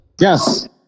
Yes